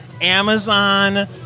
Amazon